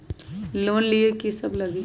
Loan लिए की सब लगी?